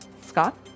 Scott